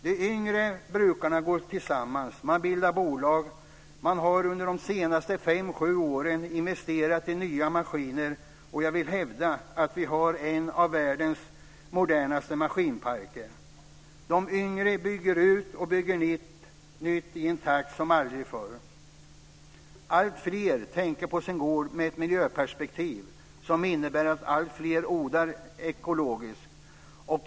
De yngre brukarna går tillsammans. De bildar bolag. De har under de senaste 5-7 åren investerat i nya maskiner. Jag vill hävda att vi har en av världens modernaste maskinparker. De yngre bygger ut och bygger nytt i en takt som aldrig förr. Alltfler tänker på sin gård ur ett miljöperspektiv som innebär att alltfler odlar ekologiskt.